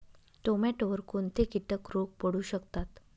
टोमॅटोवर कोणते किटक रोग पडू शकतात?